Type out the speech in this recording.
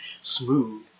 Smooth